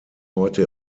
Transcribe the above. heute